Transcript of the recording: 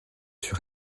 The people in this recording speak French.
sur